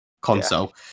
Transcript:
console